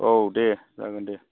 औ दे जागोन दे